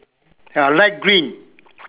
ya light green